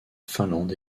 finlande